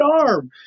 arm